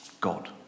God